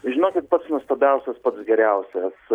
žinokit pats nuostabiausias pats geriausias